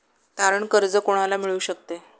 तारण कर्ज कोणाला मिळू शकते?